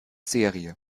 serie